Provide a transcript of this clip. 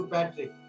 Patrick